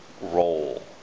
role